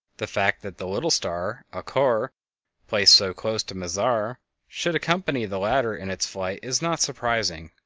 the fact that the little star alcor placed so close to mizar should accompany the latter in its flight is not surprising,